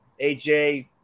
AJ